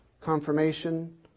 Confirmation